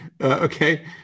Okay